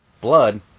blood